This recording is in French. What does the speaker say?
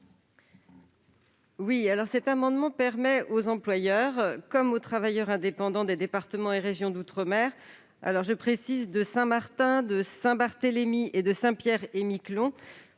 ? Cet amendement vise à permettre aux employeurs comme aux travailleurs indépendants des départements et régions d'outre-mer, de Saint-Martin, de Saint-Barthélemy et de Saint-Pierre-et-Miquelon,